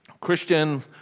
Christian